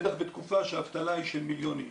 בטח בתקופה שהאבטלה היא של מיליון איש,